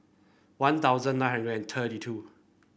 One Thousand nine hundred and thirty two